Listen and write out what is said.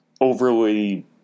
overly